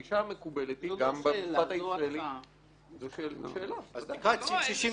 הגישה המקובלת היא גם -- זאת לא שאלה,